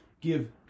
Give